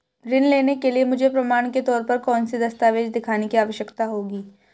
ऋृण लेने के लिए मुझे प्रमाण के तौर पर कौनसे दस्तावेज़ दिखाने की आवश्कता होगी?